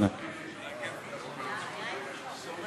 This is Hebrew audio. אדוני ראש הממשלה, הכיסא הזה יפה לך דווקא.